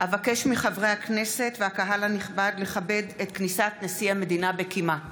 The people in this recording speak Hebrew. אבקש מחברי הכנסת והקהל הנכבד לכבד את כניסת נשיא המדינה בקימה.